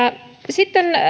sitten